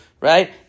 Right